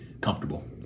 comfortable